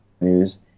News